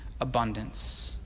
abundance